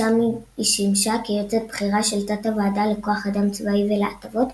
שם היא שימשה כיועצת בכירה של תת-הוועדה לכוח אדם צבאי ולהטבות,